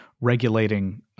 regulating